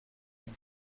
and